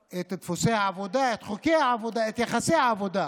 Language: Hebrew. את דפוסי העבודה, את חוקי העבודה, את יחסי העבודה,